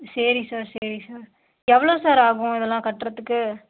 சரி சார் சரி சார் எவ்வளோ சார் ஆகும் இதெல்லாம் கட்டுறத்துக்கு